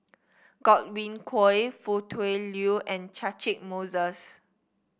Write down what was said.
Godwin Koay Foo Tui Liew and Catchick Moses